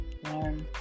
One